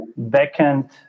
backend